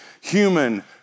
human